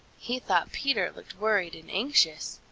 he thought peter looked worried and anxious.